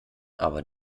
aber